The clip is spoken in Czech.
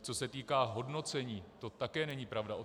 Co se týká hodnocení, to také není pravda.